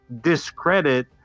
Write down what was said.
discredit